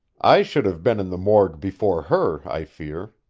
i should have been in the morgue before her, i fear,